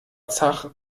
zach